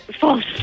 False